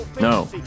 No